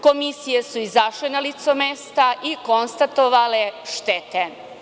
Komisije su izašle na lice mesta i konstatovale štete.